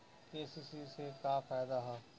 KCC से का फायदा ह?